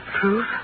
Proof